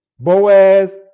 Boaz